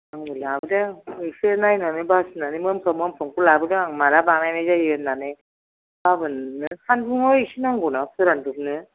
आंबो लाबोदों एसे नायनानै बासिनानै मोनफ्राम मोनफ्रामखौ लाबोदों आं माला बानायनाय जायो होननानै गाबोननो सानदुंआव एसे नांगौना फोरान दबनो